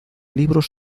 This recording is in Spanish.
libros